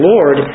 Lord